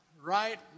right